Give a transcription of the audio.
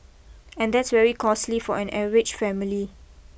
and that's very costly for an average family